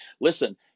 Listen